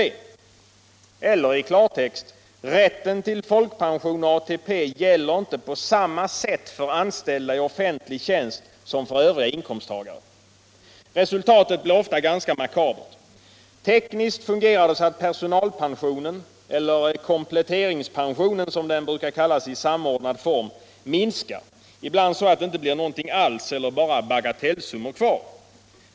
Eller i klartext: Rätten till folkpension och ATP gäller inte på samma sätt för anställda i offentlig tjänst som för övriga inkomsttagare. Resultatet blir ofta ganska makabert. Tekniskt fungerar det så att personalpensionen — eller kompletteringspensionen som den brukar kallas i samordnad form — minskar, ibland så att det inte blir någonting alls eller bara bagatellsummor kvar.